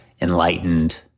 Enlightened